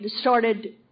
started